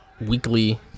weekly